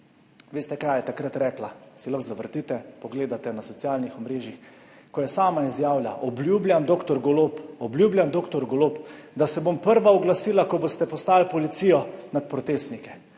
Veste, kaj je takrat rekla? Si lahko zavrtite, pogledate na socialnih omrežjih, ko je sama izjavila: »Obljubljam, dr. Golob, da se bom prva oglasila, ko boste poslali policijo nad protestnike.«